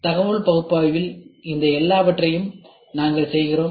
தகவல் பகுப்பாய்வில் இந்த எல்லாவற்றையும் நாங்கள் செய்கிறோம்